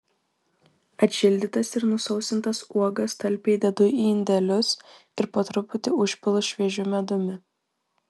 atšildytas ir nusausintas uogas talpiai dedu į indelius ir po truputį užpilu šviežiu medumi